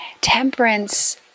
Temperance